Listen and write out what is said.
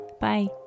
Bye